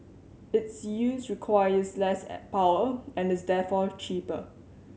its use requires less power and is therefore cheaper